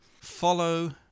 Follow